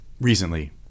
Recently